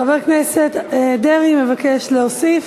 חבר כנסת דרעי מבקש להוסיף.